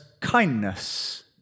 kindness